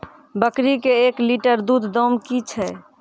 बकरी के एक लिटर दूध दाम कि छ?